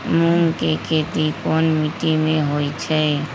मूँग के खेती कौन मीटी मे होईछ?